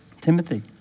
Timothy